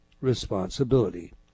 responsibility